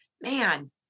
man